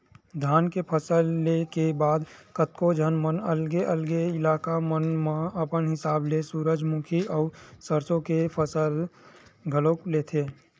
धान के फसल ले के बाद कतको झन मन अलगे अलगे इलाका मन म अपन हिसाब ले सूरजमुखी अउ सरसो के फसल घलोक लेथे